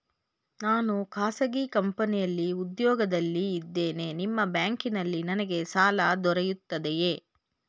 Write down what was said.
ನಾನು ಖಾಸಗಿ ಕಂಪನಿಯಲ್ಲಿ ಉದ್ಯೋಗದಲ್ಲಿ ಇದ್ದೇನೆ ನಿಮ್ಮ ಬ್ಯಾಂಕಿನಲ್ಲಿ ನನಗೆ ಸಾಲ ದೊರೆಯುತ್ತದೆಯೇ?